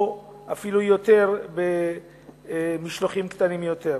או אפילו יותר, במשלוחים קטנים יותר.